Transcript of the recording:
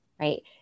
right